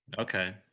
Okay